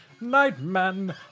Nightman